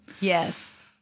Yes